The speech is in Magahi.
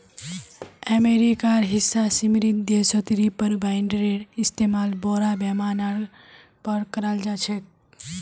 अमेरिकार हिस्सा समृद्ध देशत रीपर बाइंडरेर इस्तमाल बोरो पैमानार पर कराल जा छेक